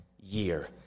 year